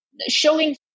showing